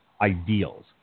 ideals